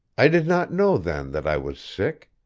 i did not know then that i was sick.